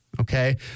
Okay